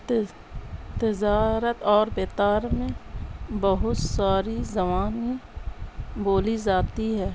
تظارت اور بتار میں بہت ساری زانیں بولی زاتی ہے